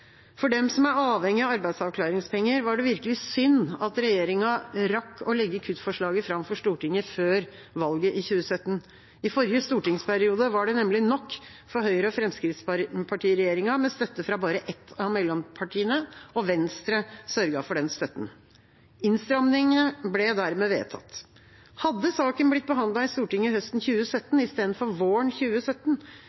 For dem som er avhengige av arbeidsavklaringspenger, var det virkelig synd at regjeringa rakk å legge kuttforslaget fram for Stortinget før valget i 2017. I forrige stortingsperiode var det nemlig nok for Høyre- og Fremskrittsparti-regjeringa med støtte fra bare ett av mellompartiene, og Venstre sørget for den støtten. Innstrammingene ble dermed vedtatt. Hadde saken blitt behandlet i Stortinget høsten